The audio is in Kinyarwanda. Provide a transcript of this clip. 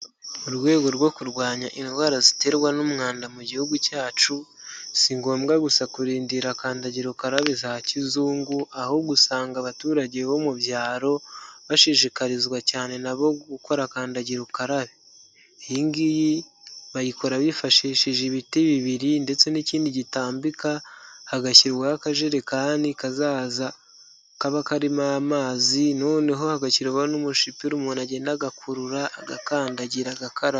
Mu rwego rwo kurwanya indwara ziterwa n'umwanda mu gihugu cyacu, si ngombwa gusa kurindira kandagira ukarabe za kizungu ahubwo usanga abaturage bo mu byaro bashishikarizwa cyane na bo gukora kandagira ukarabe. Iyi ngiyi bayikora bifashishije ibiti bibiri ndetse n'ikindi gitambika, hagashyirwaho akajerekani kazaza kaba karimo amazi noneho agashyirwaho n'umushipira umuntu agenda agakurura, agakandagira agakaraba.